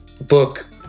book